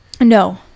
no